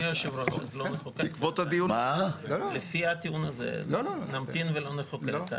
אדוני, לפי הטיעון הזה נמתין ולא נחוקק.